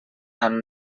amb